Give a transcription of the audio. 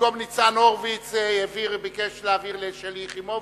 במקום ניצן הורוביץ, ביקש להעביר לשלי יחימוביץ.